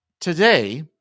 today